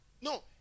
No